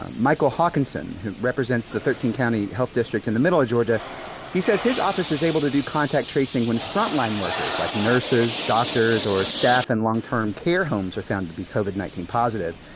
michael hawkinson, who represents the thirteen county health district in the middle of georgia he says his office is able to do contact tracing when frontline workers, like nurses, doctors or staff and long-term care homes, are found to be covid nineteen positive.